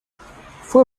fue